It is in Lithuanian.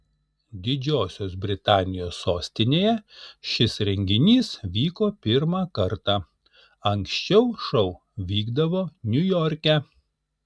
didžiosios britanijos sostinėje šis renginys vyko pirmą kartą anksčiau šou vykdavo niujorke